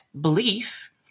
belief